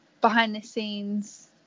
behind-the-scenes